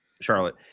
Charlotte